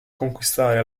conquistare